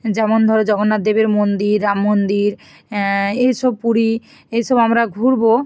যেমন ধর জগন্নাথ দেবের মন্দির রাম মন্দির এই সব পুরী এসব আমরা ঘুরব